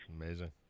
Amazing